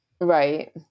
Right